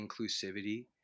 inclusivity